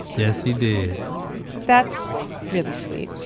yes, he did that's really sweet.